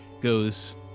goes